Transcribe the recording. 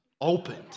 opened